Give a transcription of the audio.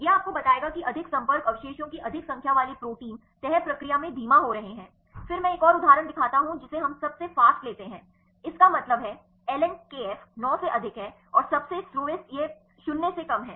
यह आपको बताएगा कि अधिक संपर्क अवशेषों की अधिक संख्या वाले प्रोटीन तह प्रक्रिया में धीमा हो रहे हैं फिर मैं एक और उदाहरण दिखाता हूं जिसे हम सबसे फ़ास्ट लेते हैं इसका मतलब है ln kf नौ से अधिक है और सबसे सस्लोवेस्ट यह 0 से कम है